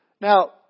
Now